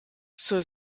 zur